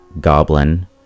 goblin